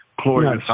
chlorine